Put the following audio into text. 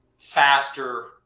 faster